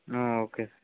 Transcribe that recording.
okay